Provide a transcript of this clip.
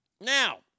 Now